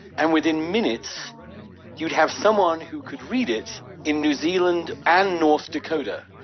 and within minutes you'd have someone who could read it in new zealand and north dakota.